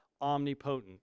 omnipotent